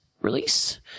release